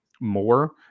more